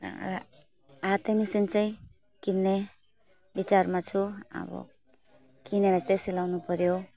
र र हाते मेसिन चाहिँ किन्ने विचारमा छु अब किनेर चाहिँ सिलाउनु पर्यो